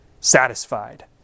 satisfied